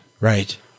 Right